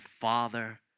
Father